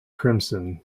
crimson